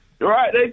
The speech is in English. Right